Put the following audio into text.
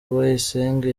bayisenge